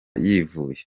yivuye